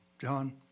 John